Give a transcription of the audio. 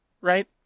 Right